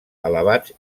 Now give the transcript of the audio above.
elevats